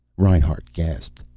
reinhart gasped.